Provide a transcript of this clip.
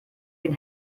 den